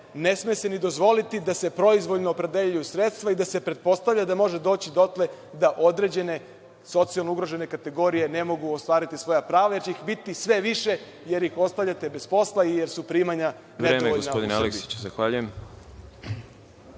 ne sme se ni dozvoliti da se proizvoljno opredeljuju sredstva i da se pretpostavlja da može doći dotle da određene socijalno ugrožene kategorije ne mogu ostvariti svoja prava, jer će ih biti sve više jer ih ostavljate bez posla, jer su primanja … **Đorđe Milićević** Vreme. Zahvaljujem. Reč